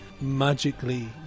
magically